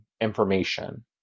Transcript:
information